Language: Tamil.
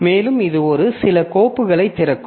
மேலும் இது ஒரு சில கோப்புகளைத் திறக்கும்